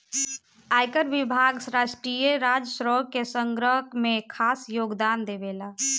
आयकर विभाग राष्ट्रीय राजस्व के संग्रह में खास योगदान देवेला